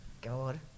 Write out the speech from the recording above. God